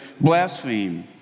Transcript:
blaspheme